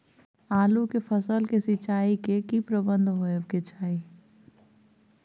आलू के फसल के सिंचाई के की प्रबंध होबय के चाही?